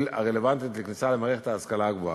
הרלוונטית לכניסה למערכת ההשכלה הגבוהה.